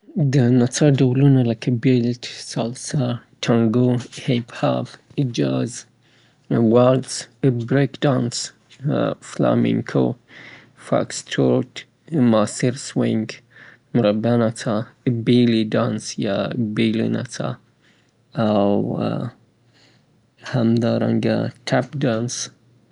ډیسیرت یا خواږه شیان ډیر زیات انواوې لري زه به د یو څو نمونه واخلم لکه کیک شو، آیسکریم شو، کلچې شوې، جیلبۍ شوې، پاډنګ شو، موز شو، پنیر کیک شو، او همدارنګه جلبۍ شوې، میټايي یا فرني.